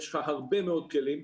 יש לך הרבה מאוד כלים.